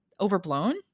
overblown